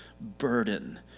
burden